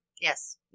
Yes